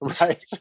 right